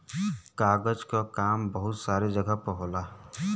कागज क काम बहुत सारे जगह पर होला